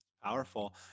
Powerful